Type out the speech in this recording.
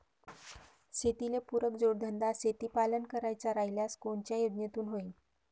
शेतीले पुरक जोडधंदा शेळीपालन करायचा राह्यल्यास कोनच्या योजनेतून होईन?